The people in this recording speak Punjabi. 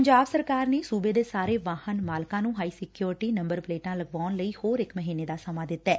ਪੰਜਾਬ ਸਰਕਾਰ ਨੇ ਸੁਬੇ ਦੇ ਸਾਰੇ ਵਾਹਨ ਮਾਲਕਾਂ ਨੂੰ ਹਾਈ ਸਕਿਓਰਿਟੀ ਨੰਬਰ ਪਲੇਟਾਂ ਲਗਵਾਉਣ ਲਈ ਹੋਰ ਇਕ ਮਹੀਨੇ ਦਾ ਸਮਾ ਦਿੱਤੈ